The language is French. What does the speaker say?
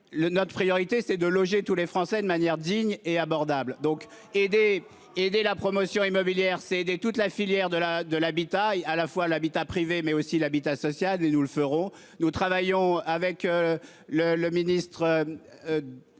notre priorité, c'est de loger tous les Français de manière digne et abordable. Donc et des et des, la promotion immobilière cédée toute la filière de la, de l'habitat et à la fois l'habitat privé mais aussi l'habitat social et nous le ferons, nous travaillons avec. Le le ministre.